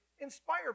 inspire